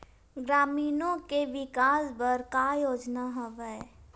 ग्रामीणों के विकास बर का योजना हवय?